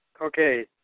Okay